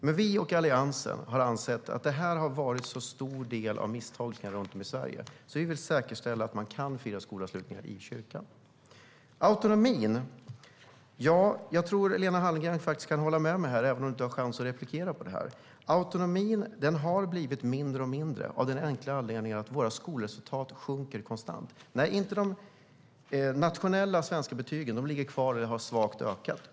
Men vi och Alliansen anser att detta har varit en så stor del av missförstånden runt om i Sverige att vi vill säkerställa att man kan fira skolavslutningar i kyrkan. När det gäller autonomin tror jag att Lena Hallengren faktiskt kan hålla med mig, även om hon inte har möjlighet att replikera på detta. Autonomin har blivit mindre och mindre av den enkla anledningen att våra skolresultat konstant sjunker. De nationella svenska betygen ligger kvar på samma nivå eller har ökat svagt.